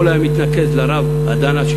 והכול היה מתנקז לרב הדנה,